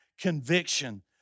conviction